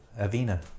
Avena